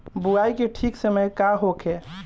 बुआई के ठीक समय का होखे?